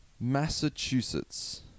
Massachusetts